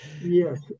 Yes